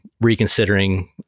reconsidering